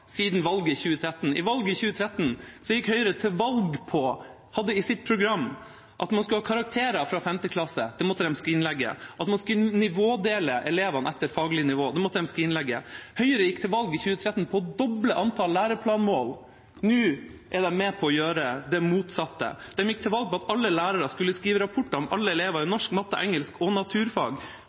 siden valget i 2013. I valget i 2013 gikk Høyre til valg på, og hadde i sitt program, at man skulle ha karakterer fra femte klasse – det måtte de skrinlegge, og at man skulle nivådele elevene etter faglig nivå – det måtte de skrinlegge. Høyre gikk til valg i 2013 på å doble antall læreplanmål. Nå er de med på å gjøre det motsatte. De gikk til valg på at alle lærere skulle skrive rapporter om alle elever i norsk, matte, engelsk og naturfag,